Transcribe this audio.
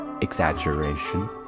exaggeration